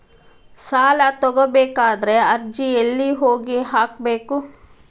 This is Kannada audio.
ಸಾಲ ತಗೋಬೇಕಾದ್ರೆ ಅರ್ಜಿ ಎಲ್ಲಿ ಹೋಗಿ ಹಾಕಬೇಕು?